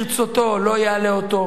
ברצותו לא יעלה אותו,